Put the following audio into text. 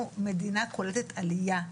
אנחנו מדינה קולטת עליה,